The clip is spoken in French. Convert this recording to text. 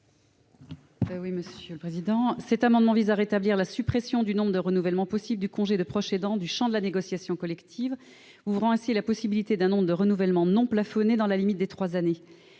Mme Nadine Grelet-Certenais. Cet amendement vise à rétablir la suppression du nombre de renouvellements possibles du congé de proche aidant du champ de la négociation collective, ouvrant ainsi la possibilité d'un nombre de renouvellements non plafonnés dans la limite de trois années.